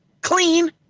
Clean